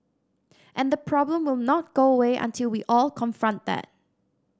and the problem will not go away until we all confront that